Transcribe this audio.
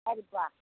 சரிப்பா